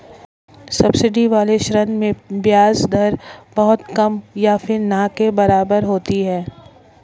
subsidy वाले ऋण में ब्याज दर बहुत कम या फिर ना के बराबर होती है